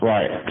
Right